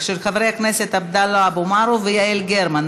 של חברי הכנסת עבדאללה אבו מערוף ויעל גרמן.